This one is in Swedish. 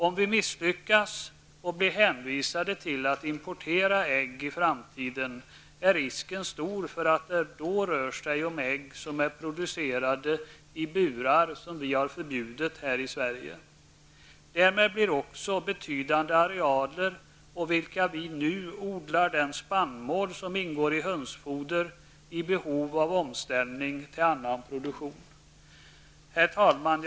Om vi misslyckas och blir hänvisade till att importera ägg i framtiden, är risken stor för att det då kan komma att röra sig om ägg som är producerade i burar och som är förbjudna i Sverige. Därmed blir också betydande arealer på vilka vi nu odlar den spannmål som ingår i hönsfoder i behov av omställning till annan produktion. Herr talman!